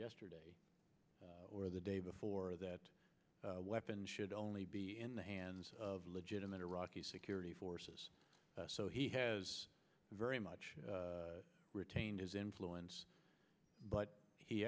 yesterday or the day before that weapons should only be in the hands of legitimate iraqi security forces so he has very much retained his influence but he